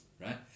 right